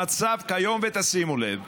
המצב כיום, ותשימו לב,